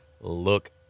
look